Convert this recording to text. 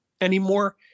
anymore